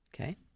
Okay